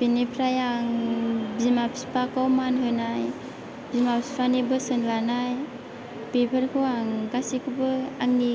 बेनिफ्राय आं बिमा फिफाखौ मान होनाय बिमा बिफानि बोसोन लानाय बेफोरखौ आं गासैखौबो आंनि